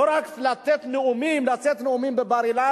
לא רק לצאת בנאומים בבר-אילן,